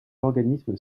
organismes